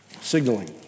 Signaling